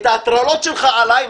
את ההטרלות שלך עליי,